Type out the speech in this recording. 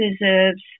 deserves